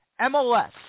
MLS